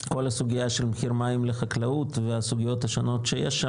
כל הסוגייה של מחיר מים לחקלאות והסוגיות השונות שיש שם,